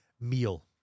meal